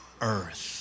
earth